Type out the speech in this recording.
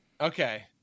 okay